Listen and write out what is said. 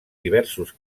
diversos